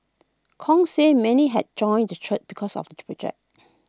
Kong said many had joined the church because of the project